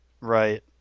Right